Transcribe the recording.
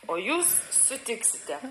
o jūs sutiksite